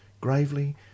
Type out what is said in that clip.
Gravely